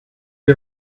you